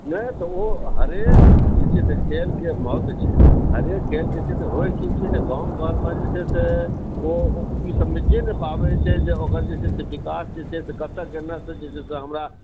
नहि तऽ ओहो हरेक जे छै से खेलकेँ महत्व छै हरेक खेल जे छै से होइ की छै जे गाँव घरमे जे छै से ई समझिए नहि पाबै छै जे ओकर जे छै से विकास जे छै से कतऽ गेनाइ से हमरा